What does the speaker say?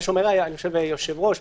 היושב-ראש אומר: